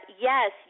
yes